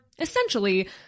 essentially